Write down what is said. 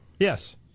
Yes